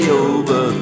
over